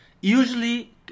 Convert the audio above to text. usually